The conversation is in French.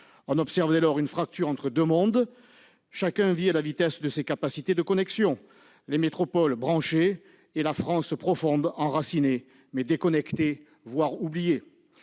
On observe dès lors une fracture entre deux mondes, chacun vivant à la vitesse de ses capacités de connexion : les métropoles branchées d'un côté, la France profonde, enracinée mais déconnectée, voire oubliée,